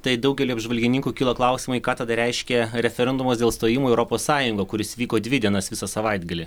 tai daugeliui apžvalgininkų kyla klausimai ką tada reiškia referendumas dėl stojimo į europos sąjungą kuris vyko dvi dienas visą savaitgalį